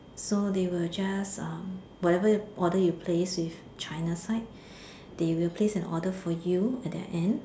so they will just um whatever order you place with China side they will place an order for you at the end